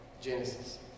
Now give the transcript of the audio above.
Genesis